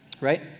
Right